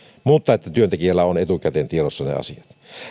mutta työntekijällä on etukäteen tiedossa ne asiat